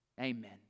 Amen